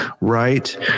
right